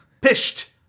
pished